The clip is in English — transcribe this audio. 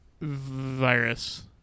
Virus